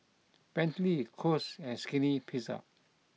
Bentley Kose and Skinny Pizza